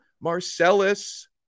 Marcellus